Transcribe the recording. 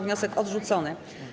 Wniosek odrzucony.